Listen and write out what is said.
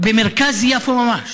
במרכז יפו ממש.